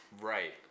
Right